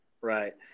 right